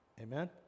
Amen